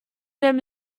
them